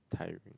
tiring